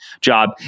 job